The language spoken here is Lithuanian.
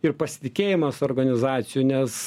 ir pasitikėjimas organizacijų nes